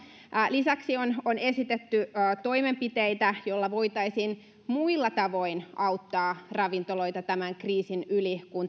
lisäksi on on esitetty toimenpiteitä joilla voitaisiin muilla tavoin auttaa ravintoloita tämän kriisin yli kun